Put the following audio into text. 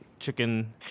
Chicken